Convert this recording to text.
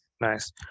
Nice